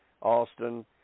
Austin